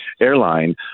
airline